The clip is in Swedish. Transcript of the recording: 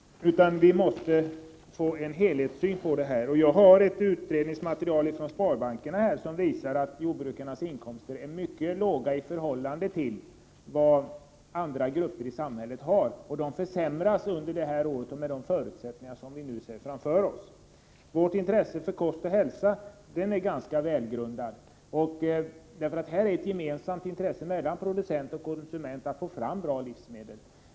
Vi måste ha en helhetssyn. Jag har här ett utredningsmaterial från sparbankerna som visar att jordbrukarnas inkomster är mycket låga i förhållande till andra grupper i samhället. Med de förutsättningar som vi nu ser framför oss kommer de dessutom att försämras under detta år. Den uppmärksamhet vi visar kost och hälsa är välgrundad. Här finns ett gemensamt intresse för producent och konsument att få fram bra livsmedel.